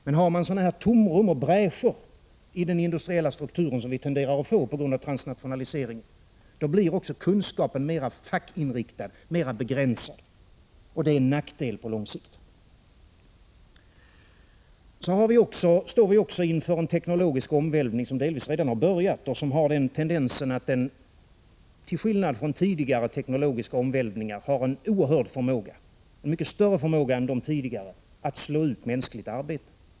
Men har man tomrum och bräscher inom den industriella strukturen, vilket vi tenderar att få på grund av transnationalisering, blir också kunskapen mera fackinriktad, mera begränsad, och det är en nackdel på lång sikt. Vi står också inför en teknologisk omvälvning, som delvis redan har börjat och som har den tendensen att den till skillnad från tidigare teknologiska omvälvningar har en mycket större förmåga att slå ut mänskligt arbete.